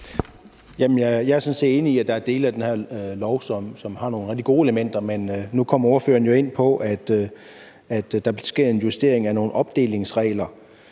Jeg er sådan set enig i, at der er dele af det her lovforslag, som har nogle rigtig gode elementer. Men nu kom ordføreren jo ind på, at der sker en justering af nogle opdelingsregler,